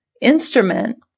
instrument